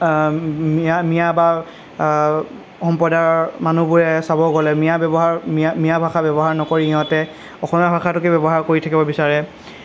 মিঞা মিঞা বা সম্প্ৰদায়ৰ মানুহবোৰে চাব গ'লে মিঞা ব্যৱহাৰ মিঞা মিঞা ভাষা ব্যৱহাৰ নকৰি সিহঁতে অসমীয়া ভাষাটোকে ব্যৱহাৰ কৰি থাকিব বিচাৰে